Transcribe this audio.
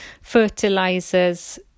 fertilizers